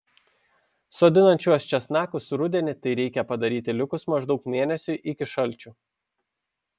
sodinant šiuos česnakus rudenį tai reikia padaryti likus maždaug mėnesiui iki šalčių